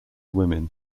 women